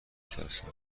ترسم